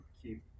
keep